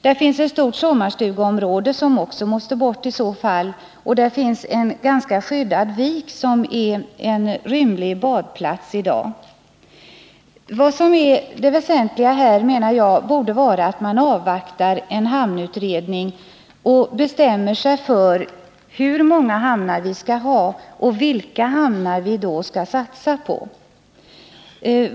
Här finns ett stort sommarstugeområde som också måste bort i så fall, och här finns en ganska skyddad vik som är en rymlig badplats i dag. Det väsentliga, menar jag, borde vara att man avvaktar en hamnutredning och bestämmer sig för hur många hamnar vi skall ha och vilka hamnar vi då skall satsa på.